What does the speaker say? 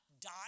die